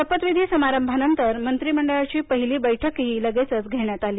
शपथ विधी समारंभानन्तर मंत्रिमंडळाची पहिली बैठक ही लगेच घेण्यात आली